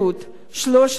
3,000 שקלים.